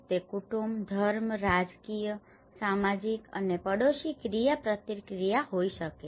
તે કુટુંબ ધર્મ રાજકીય સામાજિક અને પડોશી ક્રિયાપ્રતિક્રિયા હોઈ શકે છે